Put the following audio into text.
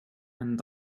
and